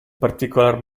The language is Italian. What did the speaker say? particolare